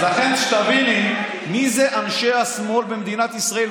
אז לכן שתביני מי הם אנשי השמאל במדינת ישראל.